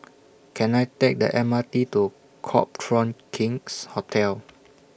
Can I Take The M R T to Copthorne King's Hotel